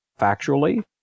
factually